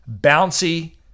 bouncy